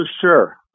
sure